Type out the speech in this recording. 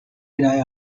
eye